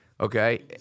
Okay